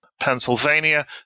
Pennsylvania